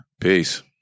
Peace